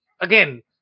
again